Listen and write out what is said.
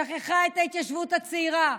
שכחה את ההתיישבות הצעירה,